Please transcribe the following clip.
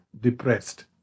depressed